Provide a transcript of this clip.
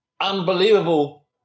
unbelievable